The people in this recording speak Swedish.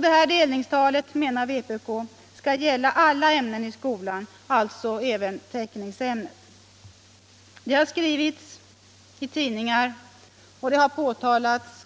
Detta delningstal, menar vpk, skall gälla alla ämnen i skolan, alltså även teckningsämnet. Nr 134 Det har skrivits i tidningar och framhållits